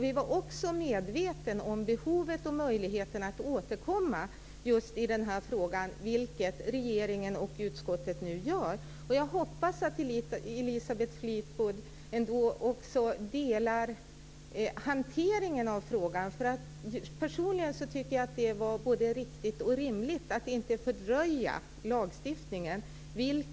Vi var också medvetna om behovet av och möjligheterna att återkomma just i den här frågan, vilket regeringen och utskottet nu gör. Jag hoppas ändå att Elisabeth Fleetwood också ställer upp bakom hanteringen av frågan. Personligen tycker jag att det var både riktigt och rimligt att inte fördröja lagstiftningen.